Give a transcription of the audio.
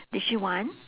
did she want